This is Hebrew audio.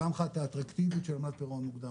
פעם אחת האטרקטיביות של עמלת פירעון מוקדם,